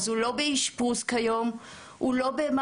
אז הוא לא באשפוז כיום והוא גם לא במעצר,